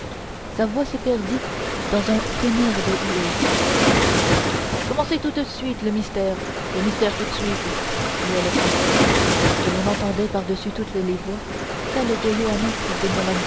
sa voix se perdit dans un tonnerre de huées commencez tout de suite le mystère le mystère tout de suite criait le peuple et l'on entendait par-dessus toutes les voix celle de johannes